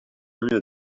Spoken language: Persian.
نمیاد